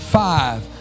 Five